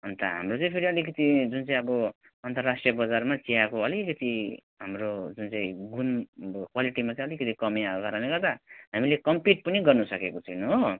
अन्त हाम्रो चाहिँ फेरि अलिकति जुन चाहिँ अब अन्तर्राष्ट्रिय बजारमा चिया अब अलिकति हाम्रो जुन चाहिँ गुण अब क्वालिटिमा चाहिँ अलिकति कमी आएको कारणले गर्दा हामीले कम्पिट पनि गर्नु सकेको छैनौँ हो